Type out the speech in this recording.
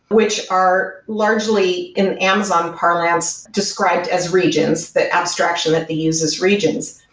which are largely in amazon parlance described as regions, the abstraction that they use is regions,